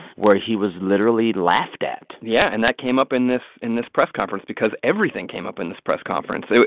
where he was literally laughed at yeah. and that came up in this in this press conference because everything came up in this press conference. so